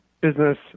business